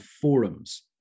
forums